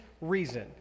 reason